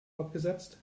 abgesetzt